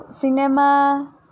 cinema